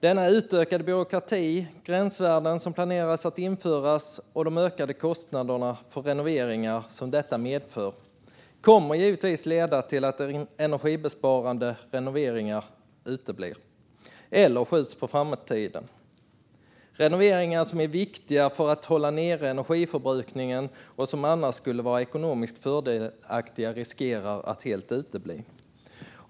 Denna utökade byråkrati, att man planerar att införa gränsvärden och de ökade kostnaderna för renoveringar som detta medför, kommer givetvis att leda till att energibesparande renoveringar uteblir eller skjuts på framtiden. Renoveringar som är viktiga för att hålla nere energiförbrukningen och som annars skulle vara ekonomiskt fördelaktiga riskerar att helt utebli.